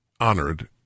honored